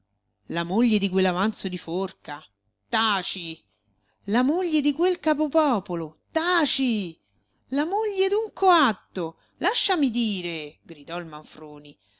la moglie di quell'avanzo di forca taci la moglie di quel capopopolo taci la moglie d'un coatto lasciami dire gridò il manfroni